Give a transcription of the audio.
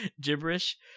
gibberish